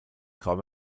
kaum